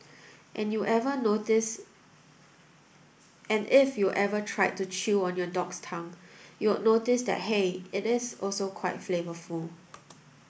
and you ever notice and if you ever tried to chew on your dog's tongue you'd notice that hey it is also quite flavourful